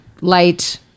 light